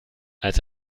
als